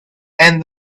and